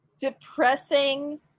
Depressing